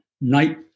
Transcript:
night